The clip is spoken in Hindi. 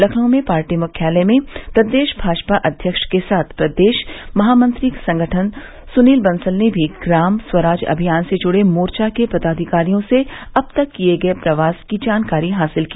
लखनऊ में पार्टी मुख्यालय में प्रदेश भाजपा अध्यक्ष के साथ प्रदेश महामंत्री संगठन सुनील बंसल ने भी ग्राम स्वराज अभियान से जूड़े मोर्चा के पदाधिकारियों से अब तक किये गये प्रवास की जानकार्री हासिल की